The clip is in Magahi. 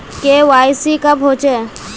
के.वाई.सी कब होचे?